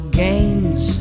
games